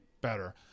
better